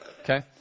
Okay